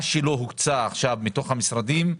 מה שלא הוקצה עכשיו מתוך המשרדים,